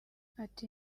ati